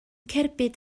cerbyd